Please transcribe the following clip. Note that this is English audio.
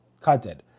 content